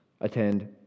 attend